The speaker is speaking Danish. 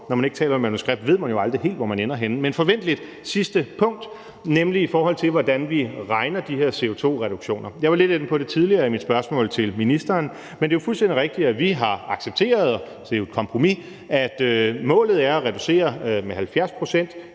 når man ikke taler med manuskript, ved man jo aldrig helt, hvor man ender henne – nemlig i forhold til hvordan vi beregner de her CO2-reduktioner. Jeg var lidt inde på det tidligere i mit spørgsmål til ministeren, men det er fuldstændig rigtigt, at vi har accepteret – det er jo et kompromis – at målet er at reducere med 70 pct.